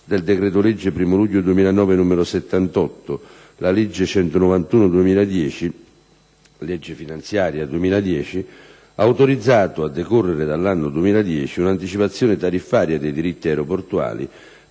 del decreto-legge 1° luglio 2009, n. 78, la legge n. 191 del 2009 (legge finanziaria 2010) ha autorizzato, a decorrere dall'anno 2010, un'anticipazione tariffaria dei diritti aeroportuali